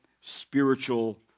spiritual